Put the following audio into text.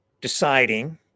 deciding